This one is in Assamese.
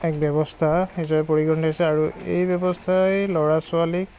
এক ব্যৱস্থা নিজৰে আৰু এই ব্যৱস্থাই ল'ৰা ছোৱালীক